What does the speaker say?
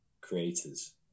creators